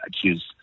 accused